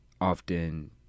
often